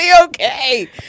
okay